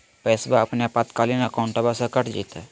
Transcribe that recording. पैस्वा अपने आपातकालीन अकाउंटबा से कट जयते?